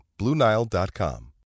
BlueNile.com